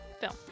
film